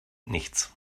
nichts